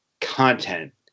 content